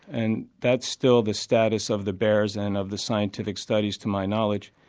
and that's still the status of the bears and of the scientific studies, to my knowledge.